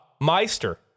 Meister